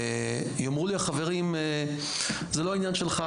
יאמרו לי החברים: "זה לא עניין שלך,